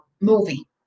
movie